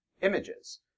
images